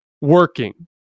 working